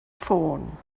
ffôn